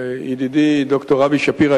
ידידי ד"ר אבי שפירא,